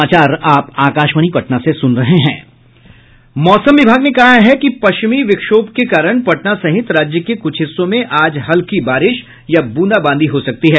मौसम विभाग ने कहा है कि पश्चिमी विक्षोभ के कारण पटना सहित राज्य के कुछ हिस्सों में आज हल्की बारिश या ब्रंदाबांदी हो सकती है